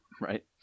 right